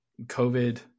COVID